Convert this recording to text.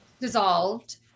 dissolved